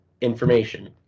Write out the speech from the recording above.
information